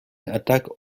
attack